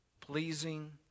pleasing